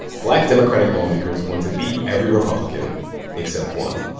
black democratic lawmakers want to beat every republican except one.